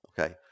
Okay